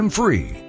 free